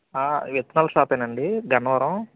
ఇవి విత్తనాల షాపేనండి గన్నవరం